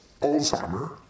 Alzheimer